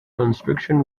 construction